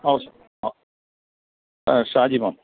ഓഷ് ആ ഷാജിമോൻ